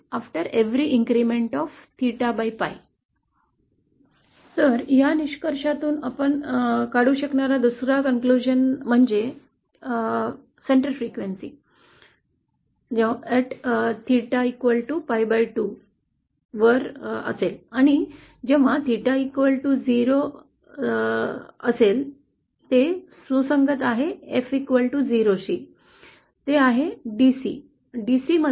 आता या निष्कर्षातून आपण काढू शकणारा दुसरा निष्कर्ष म्हणजे केंद्र वारंवारिता Theta pi2 वर असेल आणि जेव्हा Theta 0 जे सुसंगत आहे F 0 सह ते आहे D